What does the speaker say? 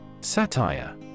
Satire